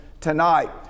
tonight